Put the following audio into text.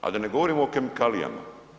A da ne govorimo o kemikalijama.